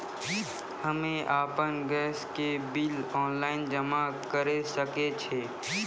हम्मे आपन गैस के बिल ऑनलाइन जमा करै सकै छौ?